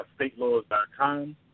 statelaws.com